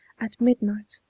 at midnight,